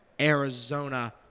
Arizona